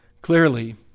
Clearly